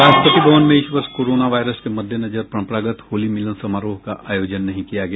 राष्ट्रपति भवन में इस वर्ष कोरोना वायरस के मद्देनजर परम्परागत होली मिलन समारोह का आयोजन नहीं किया गया